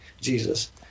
Jesus